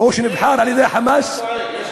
או שנבחר על-ידי "חמאס" אתה טועה,